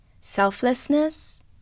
selflessness